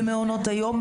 במעונות היום,